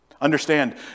Understand